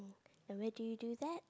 and where do you do that